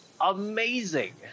Amazing